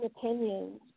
opinions